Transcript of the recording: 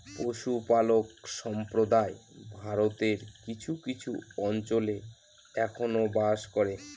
পশুপালক সম্প্রদায় ভারতের কিছু কিছু অঞ্চলে এখনো বাস করে